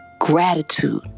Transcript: gratitude